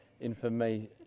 information